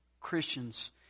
Christians